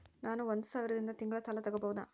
ನಾನು ಒಂದು ಸಾವಿರದಿಂದ ತಿಂಗಳ ಸಾಲ ತಗಬಹುದಾ?